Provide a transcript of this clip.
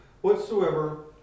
whatsoever